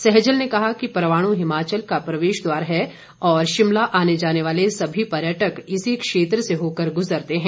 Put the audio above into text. सहजल ने कहा कि परवाणू हिमाचल का प्रवेश द्वार है और शिमला आने जाने वाले सभी पर्यटक इसी क्षेत्र से होकर गुजरते है